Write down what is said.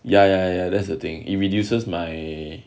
ya ya ya that's the thing it reduces mei